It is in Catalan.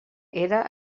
era